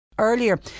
Earlier